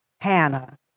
Hannah